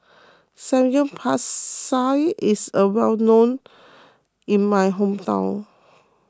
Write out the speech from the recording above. Samgyeopsal is well known in my hometown